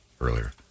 earlier